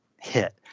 hit